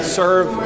serve